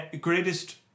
greatest